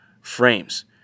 frames